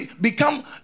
become